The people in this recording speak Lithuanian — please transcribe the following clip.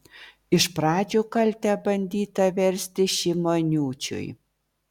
iš pradžių kaltę bandyta versti šimoniūčiui